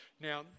Now